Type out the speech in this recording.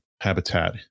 habitat